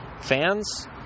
fans